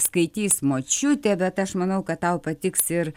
skaitys močiutė bet aš manau kad tau patiks ir